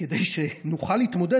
כדי שנוכל להתמודד,